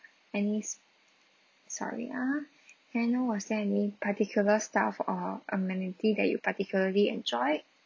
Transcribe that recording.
any s~ sorry ah can I know was there any particular stuff or amenity that you particularly enjoyed